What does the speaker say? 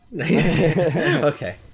okay